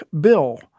Bill